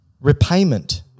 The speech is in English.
repayment